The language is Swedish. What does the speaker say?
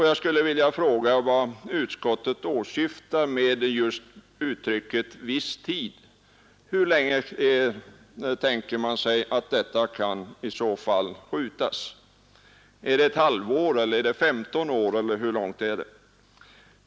Jag skulle vilja fråga vad utskottet åsyftar med uttrycket ”viss tid”. Hur länge tänker man sig att undersökningen kan uppskjutas? Är det ett halvår eller 15 år?